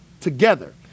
together